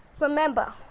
Remember